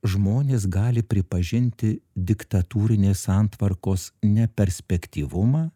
žmonės gali pripažinti diktatūrinės santvarkos neperspektyvumą